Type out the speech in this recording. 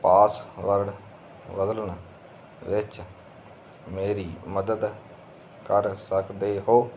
password ਬਦਲਣ ਵਿੱਚ ਮੇਰੀ ਮਦਦ ਕਰ ਸਕਦੇ ਹੋ